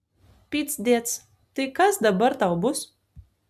pycdėc tai kas dabar tau bus